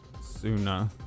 sooner